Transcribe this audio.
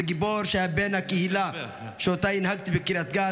גיבור בן הקהילה שאותה הנהגתי בקריית גת,